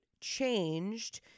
changed